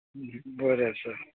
बरें आसा